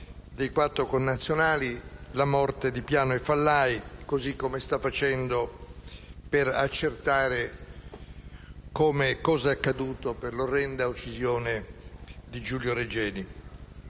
dei quattro connazionali, la morte di Piano e Failla, così come sta facendo per accertare cos'è accaduto per l'orrenda uccisione di Giulio Regeni.